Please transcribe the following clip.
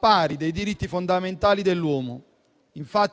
valenza dei diritti fondamentali dell'uomo.